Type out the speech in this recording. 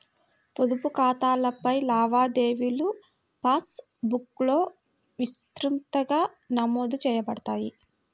పొదుపు ఖాతాలపై లావాదేవీలుపాస్ బుక్లో విస్తృతంగా నమోదు చేయబడతాయి